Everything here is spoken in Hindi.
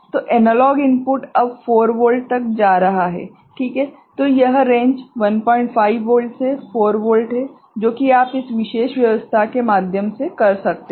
तो एनालॉग इनपुट अब 4 वोल्ट तक जा रहा है ठीक है तो यह रेंज 15 वोल्ट से 4 वोल्ट है जो कि आप इस विशेष व्यवस्था के माध्यम से कर सकते हैं